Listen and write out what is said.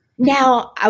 Now